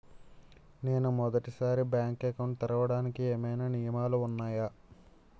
నేను మొదటి సారి బ్యాంక్ అకౌంట్ తెరవడానికి ఏమైనా నియమాలు వున్నాయా?